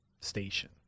station